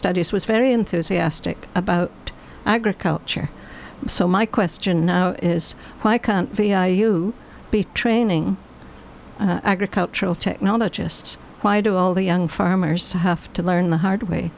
studies was very enthusiastic about agriculture so my question is why can't they be training agricultural technologist why do all the young farmers have to learn the hard way